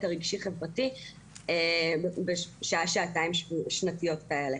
הרגשי-חברתי בשעה-שעתיים שנתיות כאלה.